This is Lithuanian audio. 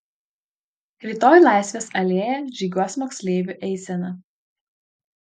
rytoj laisvės alėja žygiuos moksleivių eisena